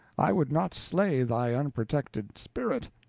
i would not slay thy unprotected spirit.